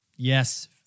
Yes